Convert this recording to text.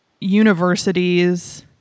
universities